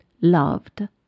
loved